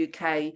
UK